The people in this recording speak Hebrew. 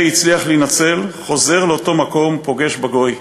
שהצליח להינצל, חוזר לאותו מקום ופוגש בגוי,